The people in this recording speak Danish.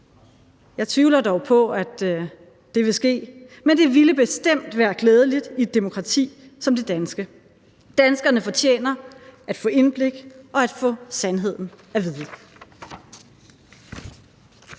Jeg tvivler dog på, at det vil ske, men det ville bestemt være klædeligt i et demokrati som det danske. Danskerne fortjener at få indblik og at få sandheden at vide.